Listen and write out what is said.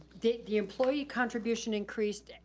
the the employee contribution increased,